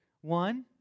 One